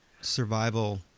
survival